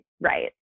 right